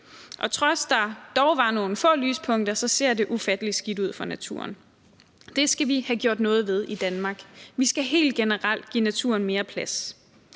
at der dog var nogle få lyspunkter, ser det ufattelig skidt ud for naturen. Det skal vi have gjort noget ved i Danmark. Vi skal helt generelt give naturen mere plads